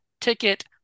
Ticket